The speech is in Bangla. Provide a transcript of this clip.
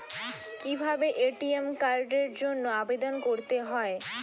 কিভাবে এ.টি.এম কার্ডের জন্য আবেদন করতে হয়?